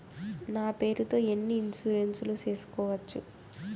నా పేరుతో ఎన్ని ఇన్సూరెన్సులు సేసుకోవచ్చు?